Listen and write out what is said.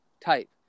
type